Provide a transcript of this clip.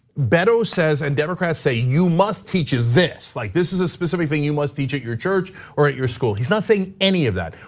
beto says and democrats say, you must teach this. like this is a specific thing you must teach at your church or at your school, he's not saying any of that.